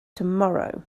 tomorrow